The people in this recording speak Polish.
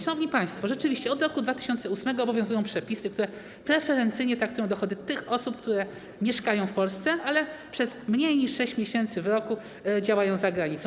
Szanowni państwo, rzeczywiście od roku 2008 r. obowiązują przepisy, które preferencyjnie traktują dochody osób, które mieszkają w Polsce, ale przez mniej niż 6 miesięcy w roku działają za granicą.